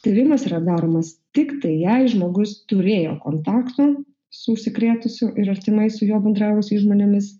tyrimas yra daromas tiktai jei žmogus turėjo kontaktą su užsikrėtusiu ir artimai su juo bendravusiais žmonėmis